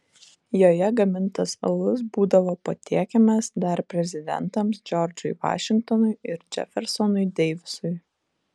joje gamintas alus būdavo patiekiamas dar prezidentams džordžui vašingtonui ir džefersonui deivisui